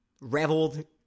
reveled